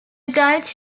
gulch